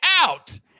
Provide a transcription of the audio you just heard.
out